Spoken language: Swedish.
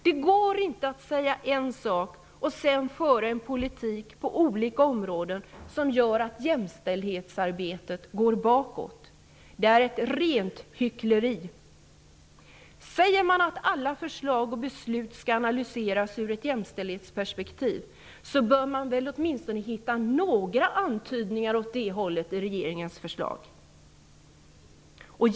Det går inte att säga en sak och sedan föra en politik på olika områden som gör att jämställdhetsarbetet går bakåt. Det är ett rent hyckleri. Om regeringen säger att alla förslag och beslut skall analyseras ur ett jämställdhetsperspektiv bör man väl åtminstone hitta några antydningar åt det hållet i regeringens förslag?